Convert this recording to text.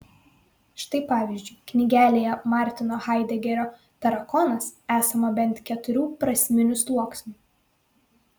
štai pavyzdžiui knygelėje martino haidegerio tarakonas esama bent keturių prasminių sluoksnių